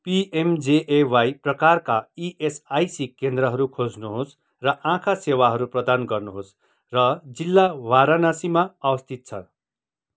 PMJAY प्रकारका ESIC केन्द्रहरू खोज्नुहोस् र आँखा सेवाहरू प्रदान गर्नुहोस् र जिल्ला वाराणासीमा अवस्थित छ